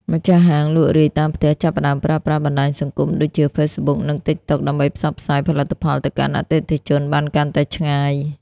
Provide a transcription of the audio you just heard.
ម្ចាស់ហាងលក់រាយតាមផ្ទះចាប់ផ្ដើមប្រើប្រាស់បណ្ដាញសង្គមដូចជា ហ្វេសប៊ុក និង ទីកតុក ដើម្បីផ្សព្វផ្សាយផលិតផលទៅកាន់អតិថិជនបានកាន់តែឆ្ងាយ។